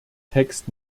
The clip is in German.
text